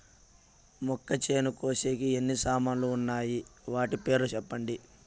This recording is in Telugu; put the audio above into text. మొక్కచేను కోసేకి ఎన్ని సామాన్లు వున్నాయి? వాటి పేర్లు సెప్పండి?